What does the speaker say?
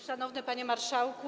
Szanowny Panie Marszałku!